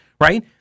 right